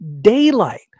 daylight